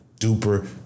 duper